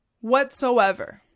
Whatsoever